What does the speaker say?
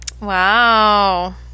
wow